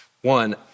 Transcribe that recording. One